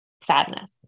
sadness